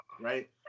right